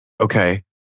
okay